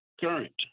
current